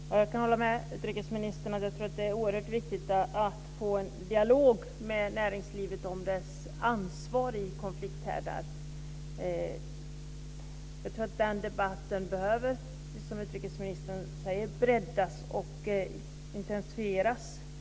Fru talman! Jag kan hålla med utrikesministern om att det är oerhört viktigt att få till stånd en dialog med näringslivet om dess ansvar i konflikter. Den debatten bör - precis som utrikesministern säger - breddas och intensifieras.